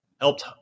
helped